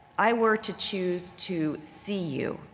i were to choose to see you,